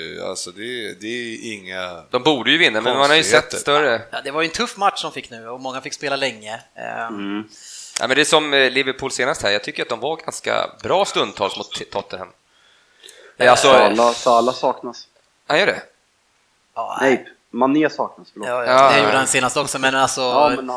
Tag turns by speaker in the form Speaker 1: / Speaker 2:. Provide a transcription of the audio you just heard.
Speaker 1: Alltså, det är- det är inga
Speaker 2: De borde ju vinna, men man har ju sett
Speaker 1: konstigheter.
Speaker 2: större-
Speaker 3: Ja, det var ju en tuff match de fick nu, och många fick spela länge. Ehm.
Speaker 4: Mm.
Speaker 2: Ja, men det är som, eh, Liverpool senast här. Jag tycker att de var ganska bra stundtals mot T- Tottenham. Ja,
Speaker 4: Salah-
Speaker 2: alltså-
Speaker 4: Salah saknas.
Speaker 2: Ja, gör det.
Speaker 3: Ja, nej.
Speaker 4: Nej, Mané saknas, förlåt.
Speaker 3: Ja, ja, det
Speaker 2: Ja.
Speaker 3: gjorde han senast också, men alltså-
Speaker 4: Ja, men-